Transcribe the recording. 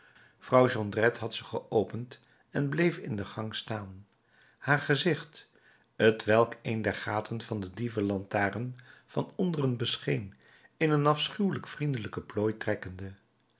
vrouw jondrette had ze geopend en bleef in de gang staan haar gezicht t welk een der gaten van de dievenlantaarn van onderen bescheen in een afschuwelijk vriendelijken plooi trekkende